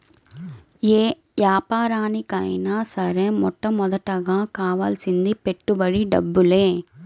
యే యాపారానికైనా సరే మొట్టమొదటగా కావాల్సింది పెట్టుబడి డబ్బులే